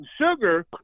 sugar